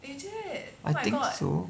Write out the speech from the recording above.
I think so